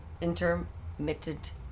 intermittent